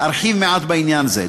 ארחיב מעט בעניין זה.